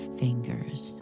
fingers